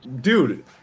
Dude